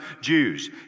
Jews